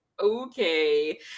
okay